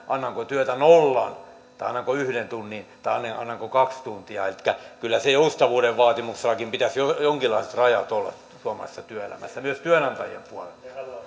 annanko työtä nollan tai annanko yhden tunnin tai annanko kaksi tuntia kyllä joustavuuden vaatimuksellakin pitäisi jonkinlaiset rajat olla suomalaisessa työelämässä myös työnantajien puolelta